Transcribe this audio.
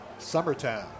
Summertown